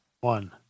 one